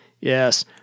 Yes